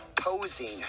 posing